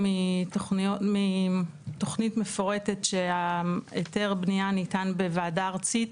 מתוכנית מפורטת שהיתר הבנייה ניתן בוועדה הארצית,